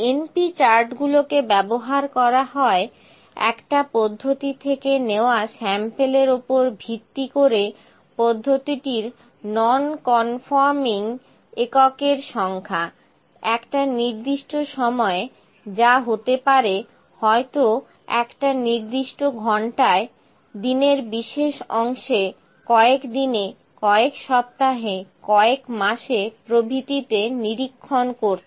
np চার্টগুলোকে ব্যবহার করা হয় একটা পদ্ধতি থেকে নেওয়া স্যাম্পেলের উপর ভিত্তি করে পদ্ধতির নন কনফর্মিং এককের সংখ্যা একটা নির্দিষ্ট সময় যা হতে পারে হয়তো একটা নির্দিষ্ট ঘন্টায় দিনের বিশেষ অংশে কয়েকদিনে কয়েক সপ্তাহে কয়েক মাসে প্রভৃতিতে নিরীক্ষণ করতে